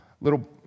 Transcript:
little